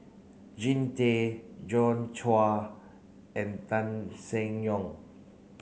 Jean Tay Joi Chua and Tan Seng Yong